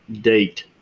date